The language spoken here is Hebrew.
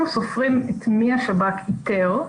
אנחנו סופרים את מי השב"כ איתר,